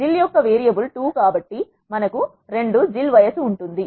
జిల్ యొక్క వేరియబుల్ 2 కాబట్టి మనకు 2 జిల్ వయసు ఉంటుంది